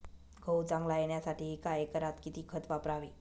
गहू चांगला येण्यासाठी एका एकरात किती खत वापरावे?